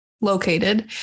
located